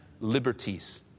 liberties